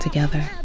Together